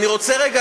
וההוצאות